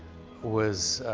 was